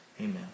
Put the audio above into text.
amen